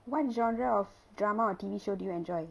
what genre of drama or T_V show do you enjoy